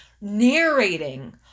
narrating